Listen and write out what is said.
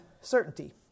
certainty